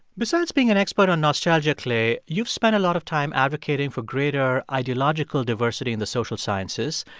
besides being an expert on nostalgia, clay, you've spent a lot of time advocating for greater ideological diversity in the social sciences.